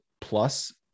plus